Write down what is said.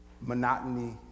monotony